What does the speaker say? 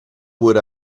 would